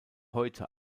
heute